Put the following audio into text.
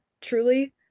truly